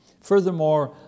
Furthermore